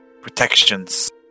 protections